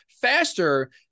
faster